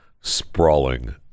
sprawling